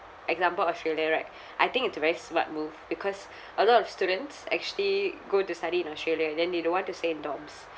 example australia right I think it's a very smart move because a lot of students actually go to study in australia and then they don't want to say in dorms